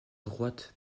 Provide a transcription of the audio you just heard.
droite